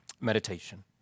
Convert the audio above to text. Meditation